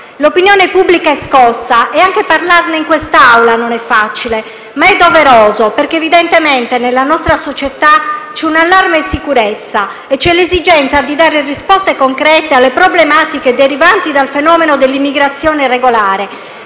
L'opinione pubblica è scossa e anche parlarne in quest'Aula non è facile, ma è doveroso, perché evidentemente nella nostra società c'è un allarme sicurezza e c'è l'esigenza di dare risposte concrete alle problematiche derivanti dal fenomeno dell'immigrazione irregolare,